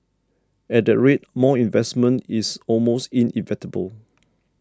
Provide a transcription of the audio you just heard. at that rate more investment is almost inevitable